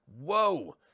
Whoa